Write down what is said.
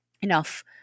enough